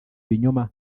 ibinyoma